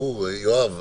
ברור, יואב.